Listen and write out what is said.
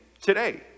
Today